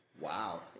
Wow